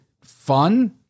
fun